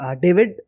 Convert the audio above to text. David